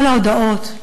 כל ההודעות,